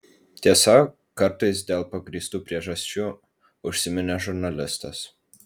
tiesa kartais dėl pagrįstų priežasčių užsiminė žurnalistas